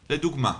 לדוגמה: